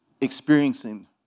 experiencing